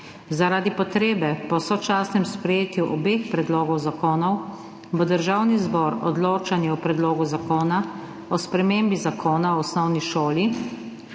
Zaradi potrebe po sočasnem sprejetju obeh predlogov zakonov bo lahko Državni zbor odločanje o Predlogu zakona o spremembi Zakona o osnovni šoli